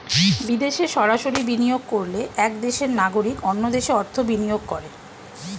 বিদেশে সরাসরি বিনিয়োগ করলে এক দেশের নাগরিক অন্য দেশে অর্থ বিনিয়োগ করে